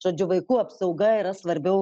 žodžiu vaikų apsauga yra svarbiau